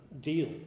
deal